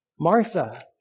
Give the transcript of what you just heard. Martha